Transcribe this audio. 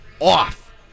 off